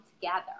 together